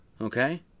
okay